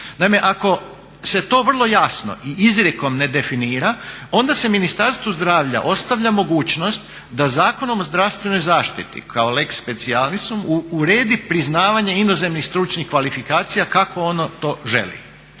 ako se to vrlo jasno i izrijekom ne definira onda se Ministarstvu zdravlja ostavlja mogućnost da Zakonom o zdravstvenoj zaštiti kao lex specialisom uredi priznavanje inozemnih stručnih kvalifikacija kako ono to želi.